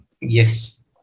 Yes